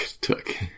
took